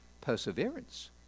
perseverance